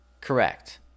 Correct